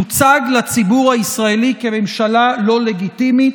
תוצג לציבור הישראלי כממשלה לא לגיטימית.